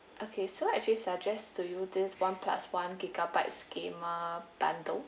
okay so I actually suggest to you this one plus one gigabytes gamer bundle